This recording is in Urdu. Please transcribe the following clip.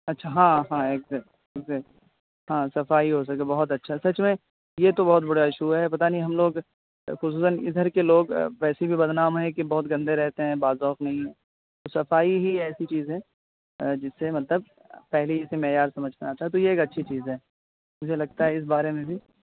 اچھا ہاں ہاں ایگزیکٹ ایگزیکٹ ہاں صفائی ہو جو بہت اچھا سچ میں یہ تو بہت برا ایشو ہے پتا نہیں ہم لوگ خصوصاً ادھر کے لوگ ویسے بھی بدنام ہیں کہ بہت گندے رہتے ہیں باذوق نہیں ہیں تو صفائی ہی ایسی چیز ہے جس سے مطلب پہلے ہی سے معیار سمجھنا تھا تو یہ ایک اچھی چیز ہے مجھے لگتا ہے اس بارے میں بھی